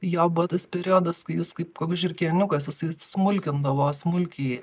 jo buvo tas periodas kai jis kaip koks žiurkėniukas jisai smulkindavo smulkiai